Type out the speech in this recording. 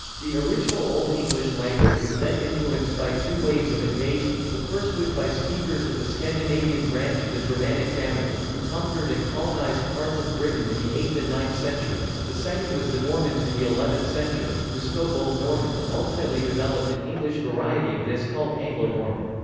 the original old english language was then influenced by two waves of invasion the first was by speakers of the scandinavian branch of the germanic family, who conquered and colonised parts of britain in the eighth and ninth centuries the second was the normans in the eleventh century, who spoke old norman and ultimately developed an english variety of this called anglo-norman.